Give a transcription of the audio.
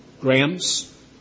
grams